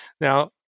Now